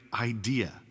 idea